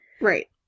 right